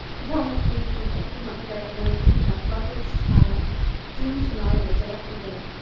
it almost seems as if i could not bear it when i think of that loveliest child doomed to lie there day after day,